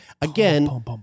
again